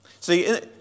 See